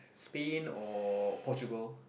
Spain or Portugal